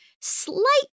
slight